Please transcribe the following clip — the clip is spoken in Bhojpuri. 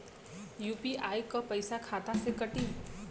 यू.पी.आई क पैसा खाता से कटी?